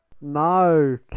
No